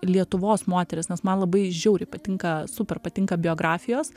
lietuvos moteris nes man labai žiauriai patinka super patinka biografijos